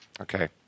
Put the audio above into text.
Okay